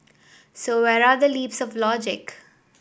so where are the leaps of logic